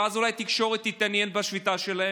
אז אולי התקשורת תתעניין בשביתה שלהם?